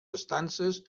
estances